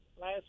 last